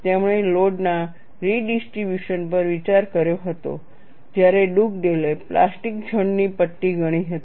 તેમણે લોડ ના રિડિસ્ટ્રિબ્યુશન પર વિચાર કર્યો હતો જ્યારે ડુગડેલે પ્લાસ્ટિક ઝોન ની પટ્ટી ગણી હતી